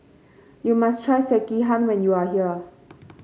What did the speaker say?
you must try Sekihan when you are here